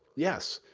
yes.